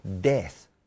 death